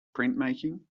printmaking